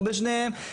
או בשניהם,